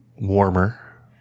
warmer